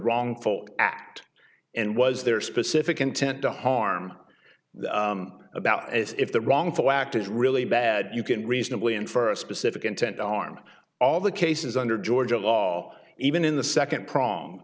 wrongful act and was there specific intent to harm the about as if the wrongful act is really bad you can reasonably in for a specific intent to harm all the cases under georgia law even in the second prong